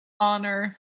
honor